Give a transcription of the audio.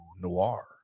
Noir